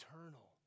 eternal